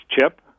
CHIP